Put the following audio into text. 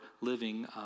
living